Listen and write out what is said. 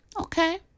Okay